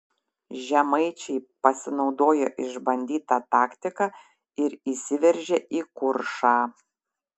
žemaičiai pasinaudojo išbandyta taktika ir įsiveržė į kuršą